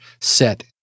set